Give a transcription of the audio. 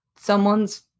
someone's